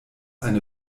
eine